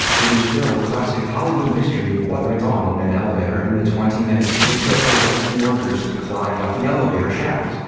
it is still a classic hollywood mystery what went on in that elevator in the twenty minutes it took for rescue workers to climb up the elevator shaft,